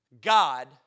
God